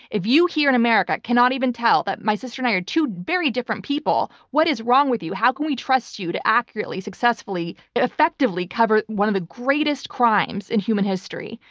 if you here in america cannot even tell that my sister and i are two very different people, what is wrong with you? how can we trust you to accurately, successfully, effectively cover one of the greatest crimes in human history?